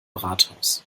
rathaus